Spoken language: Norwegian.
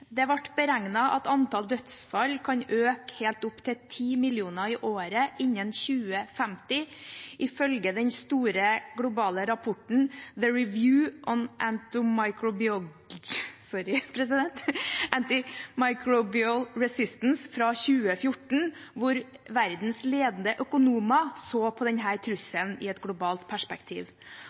Det ble beregnet at antall dødsfall kan øke helt opp til ti millioner i året innen 2050, ifølge den store globale rapporten «The Review on Antimicrobial Resistance» fra 2014, hvor verdens ledende økonomer så på denne trusselen i et globalt perspektiv.